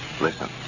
Listen